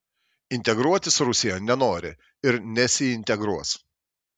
integruotis rusija nenori ir nesiintegruos